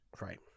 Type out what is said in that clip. Right